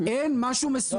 אין משהו מסודר.